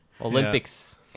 Olympics